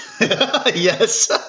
Yes